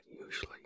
usually